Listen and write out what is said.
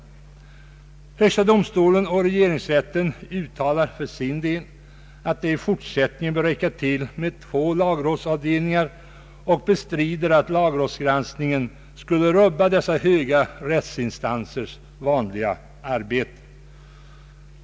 Högsta domstolen och regeringsrätten uttalar för sin del att det i fortsättningen bör räcka med två lagrådsavdelningar och bestrider att lagrådsgranskningen skulle rubba dessa höga rättsinstansers vanliga arbete.